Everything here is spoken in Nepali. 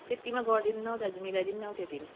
त्यत्तिमा गरिदिनु न हौ दाजु मिलाइदिनु न हौ त्यतिमा